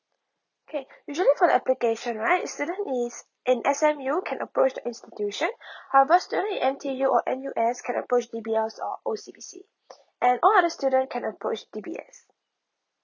K usually for the application right if student is in S_N_U can approach institution however student in N_T_U or N_U_S can approach D_B_L or O_C_B_C and all other student can approach D_B_S